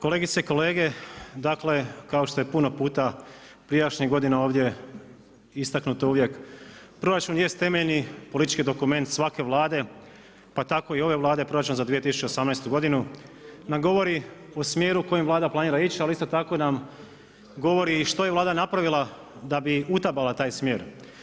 Kolegice i kolege, dakle, kao što je puno puta prijašnjih godina ovdje istaknuto ovdje, proračun jest temeljni politički dokument svake Vlade, pa tako i ove Vlade, proračuna za 2018. g. nam govori u smjeru kojim Vlada planira ići, ali isto tako nam govori i što je Vlada napravila da bi utabala taj smjer.